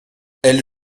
elle